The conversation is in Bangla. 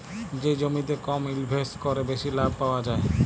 যে জমিতে কম ইলভেসেট ক্যরে বেশি লাভ পাউয়া যায়